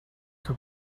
que